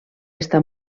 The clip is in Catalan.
està